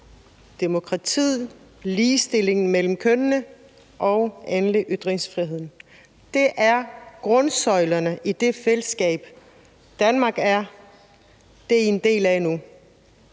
demokratiet, ligestillingen mellem kønnene og endelig ytringsfriheden. Det er grundsøjlerne i det fællesskab, som Danmark er. Det er I